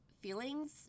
feelings